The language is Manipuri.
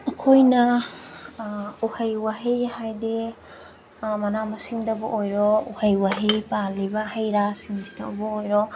ꯑꯩꯈꯣꯏꯅ ꯎꯍꯩ ꯋꯥꯍꯩ ꯍꯥꯏꯗꯤ ꯃꯅꯥ ꯃꯁꯤꯡꯗꯕꯨ ꯑꯣꯏꯔꯣ ꯎꯍꯩ ꯋꯥꯍꯩ ꯄꯥꯜꯂꯤꯕ ꯍꯩ ꯔꯥꯁꯤꯡꯁꯤꯗꯕꯨ ꯑꯣꯏꯔꯣ